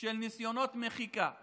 של ניסיונות מחיקה,